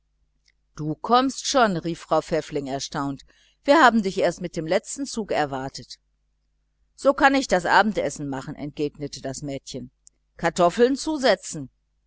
du kommst schon rief frau pfäffling erstaunt wir haben dich erst mit dem letzten zug erwartet so kann ich das abendessen machen entgegnete das mädchen kartoffeln zusetzen